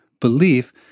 belief